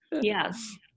yes